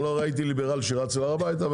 לא ראיתי ליברל שרץ להר הבית.